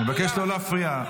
אני מבקש לא להפריע.